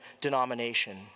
denomination